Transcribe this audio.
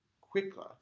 quicker